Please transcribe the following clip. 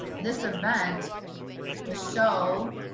this event will show